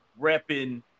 repping